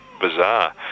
bizarre